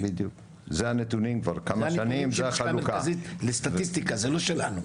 זה הנתונים של הלשכה המרכזית לסטטיסטיקה לא שלנו.